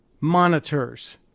monitors